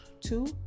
two